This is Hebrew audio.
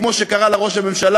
כמו שקרא לה ראש הממשלה,